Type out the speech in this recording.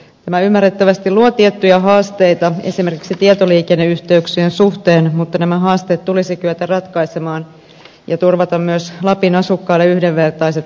tämä ymmärrettävästi luo tiettyjä haasteita esimerkiksi tietoliikenneyhteyksien suhteen mutta nämä haasteet tulisi kyetä ratkaisemaan ja myös lapin asukkaille tulisi turvata yhdenvertaiset oikeudet